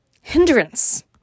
hindrance